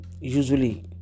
usually